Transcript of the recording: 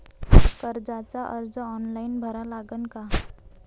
कर्जाचा अर्ज ऑनलाईन भरा लागन का?